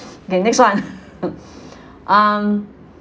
okay next one um